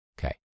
Okay